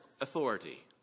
authority